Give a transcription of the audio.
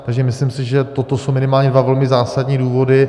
Takže myslím, že toto jsou minimálně dva velmi zásadní důvody.